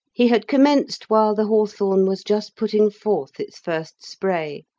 he had commenced while the hawthorn was just putting forth its first spray,